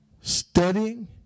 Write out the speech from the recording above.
Studying